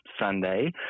Sunday